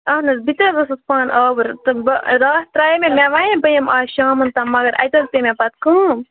اَہَن حظ بہٕ تہِ حظ ٲسٕس پانہٕ آوُر تہٕ بہٕ راتھ ترایے مےٚ مےٚ وَنیے بہٕ یِمہِ آز شامَن تانۍ مگر اَتہِ حظ پے مےٚ پَتہٕ کٲم